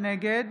נגד